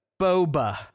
boba